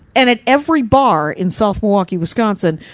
and at every bar in south milwaukee, wisconsin,